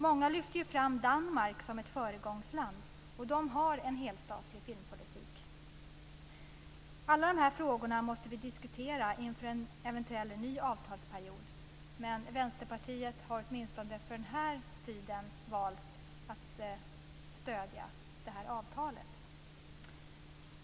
Många lyfter fram Danmark som ett föregångsland, och där har man en helstatlig filmpolitik. Alla dessa frågor måste vi diskutera inför en eventuell ny avtalsperiod, men Vänsterpartiet har åtminstone för denna tid valt att stödja detta avtal.